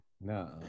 No